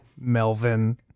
Melvin